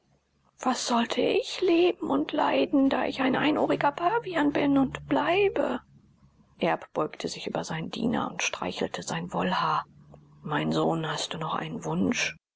was sollte ich leben und leiden da ich ein einohriger pavian bin und bleibe erb beugte sich über seinen diener und streichelte sein wollhaar mein sohn hast du noch einen wunsch